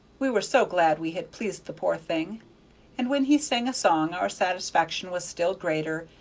we were so glad we had pleased the poor thing and when he sang a song our satisfaction was still greater,